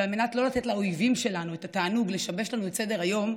ועל מנת שלא לתת לאויבים שלנו את התענוג לשבש לנו את סדר-היום,